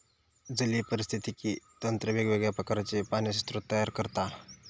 जलीय पारिस्थितिकी तंत्र वेगवेगळ्या प्रकारचे पाण्याचे स्रोत तयार करता